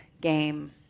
game